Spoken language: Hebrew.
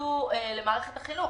נכנסו למערכת החינוך.